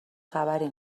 خبری